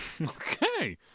Okay